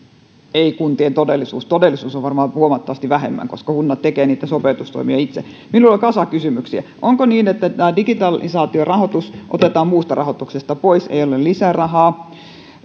eivät kuntien todellisuus todellisuus on varmaan huomattavasti vähemmän koska kunnat tekevät niitä sopeutustoimia itse minulla on kasa kysymyksiä onko niin että tämä digitalisaatiorahoitus otetaan muusta rahoituksesta pois ei ole lisärahaa